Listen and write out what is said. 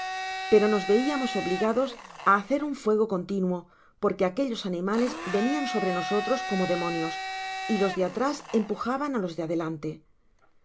pero nos veiamos obligados á hacer un fuego continuo porque aquellos animales venian sobre nosotros como demonios y los de atrás empujanban á los de adelante